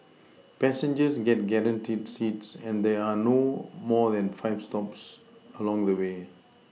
passengers get guaranteed seats and there are no more than five stops along the way